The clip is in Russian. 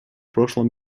прошлом